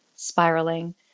spiraling